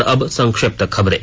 और अब संक्षिप्त खबरें